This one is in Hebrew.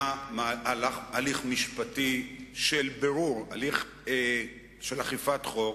היה הליך משפטי של בירור, הליך של אכיפת חוק,